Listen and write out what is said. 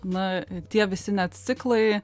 na tie visi net ciklai